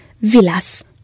villas